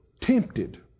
tempted